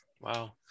Wow